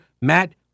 Matt